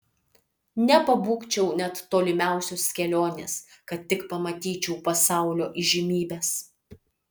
nepabūgčiau net tolimiausios kelionės kad tik pamatyčiau pasaulio įžymybes